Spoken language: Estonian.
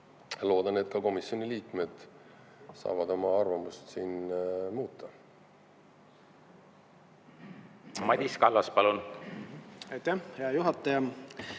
loodan, et ka komisjoni liikmed saavad oma arvamust siin muuta. Madis Kallas, palun! Aitäh,